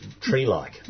tree-like